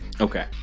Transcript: Okay